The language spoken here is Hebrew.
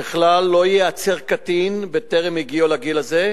וככלל לא ייעצר קטין בטרם הגיעו לגיל הזה,